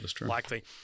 likely